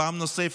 פעם נוספת,